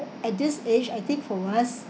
at this age I think for us